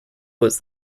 was